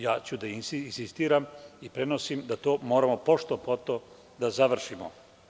Ja ću da insistiram i prenosim da to moramo pošto poto da završimo.